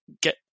get